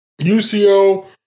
UCO